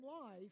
life